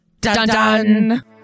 Dun-dun